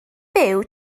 byw